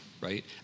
right